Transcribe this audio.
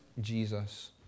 Jesus